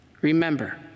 Remember